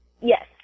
Yes